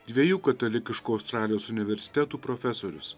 dviejų katalikiškų australijos universitetų profesorius